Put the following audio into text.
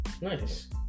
Nice